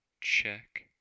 check